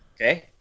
okay